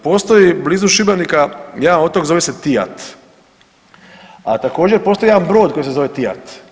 Postoji blizu Šibenika jedan otok zove se Tijat, a također postoji jedan brod koji se zove Tijat.